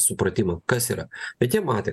supratimą kas yra bet jie matė